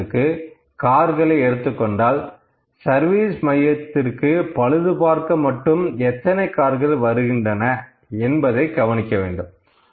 உதாரணத்திற்கு கார்களை எடுத்துக்கொண்டால் சர்வீஸ் மையத்திற்கு பழுது பார்க்க மட்டும் எத்தனை கார்கள் வருகின்றன என்பதை கவனிக்க வேண்டும்